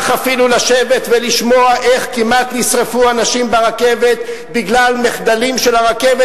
אפילו לשבת ולשמוע איך כמעט נשרפו אנשים ברכבת בגלל מחדלים של הרכבת,